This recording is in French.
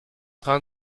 train